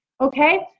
Okay